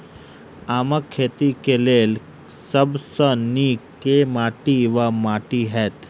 आमक खेती केँ लेल सब सऽ नीक केँ माटि वा माटि हेतै?